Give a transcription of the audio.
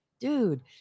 dude